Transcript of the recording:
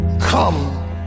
come